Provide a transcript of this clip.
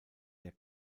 der